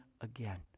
again